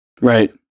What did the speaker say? right